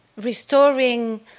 restoring